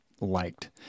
liked